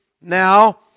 now